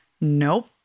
nope